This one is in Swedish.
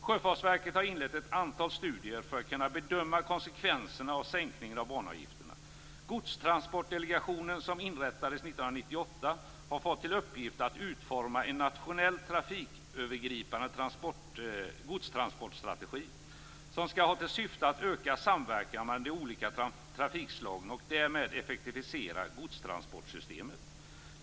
Sjöfartsverket har inlett ett antal studier för att kunna bedöma konsekvenserna av sänkningen av banavgifterna. Godstransportdelegationen, som inrättades 1998, har fått till uppgift att utforma en nationell trafikövergripande godstransportstrategi som skall ha till syfte att öka samverkan mellan de olika trafikslagen och därmed effektivisera godstransportsystemet.